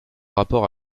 rapport